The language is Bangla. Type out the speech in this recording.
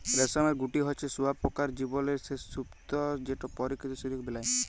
রেশমের গুটি হছে শুঁয়াপকার জীবলের সে স্তুপ যেট পরকিত সিলিক বেলায়